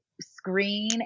screen